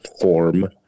form